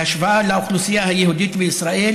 בהשוואה לאוכלוסייה היהודית בישראל,